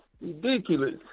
Ridiculous